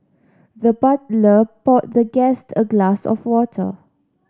the butler poured the guest a glass of water